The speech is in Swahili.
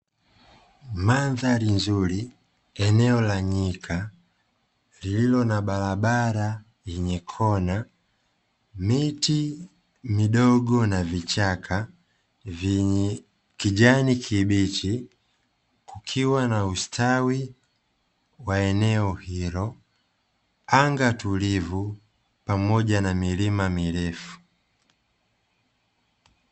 Mandhari nzuri eneo la nyika lililo na barabara yenye kona na miti midogo na vichaka vyenye kijani kibichi kukiwa na ustawi wa eneo hilo, anga tulivu pamoja na milima mirefu.